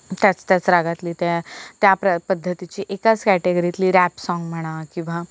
त्याच त्याच रागातली त्या त्या प्र पद्धतीची एकाच कॅटेगरीतली रॅप सॉंग म्हणा किंवा